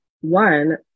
one